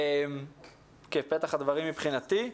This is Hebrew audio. זהו.